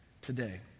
today